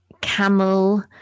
camel